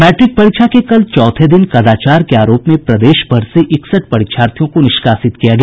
matric परीक्षा के कल चौथे दिन कदाचार के आरोप में प्रदेश भर से इकसठ परीक्षार्थियों को निष्कासित किया गया